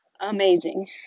Amazing